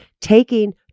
Taking